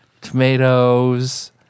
Tomatoes